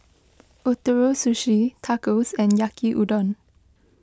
Ootoro Sushi Tacos and Yaki Udon